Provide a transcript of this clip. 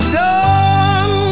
done